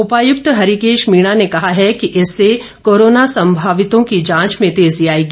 उपायुक्त हरिकेश मीणा ने कहा है कि इससे कोरोना संभावितों की जांच में तेजी आएगी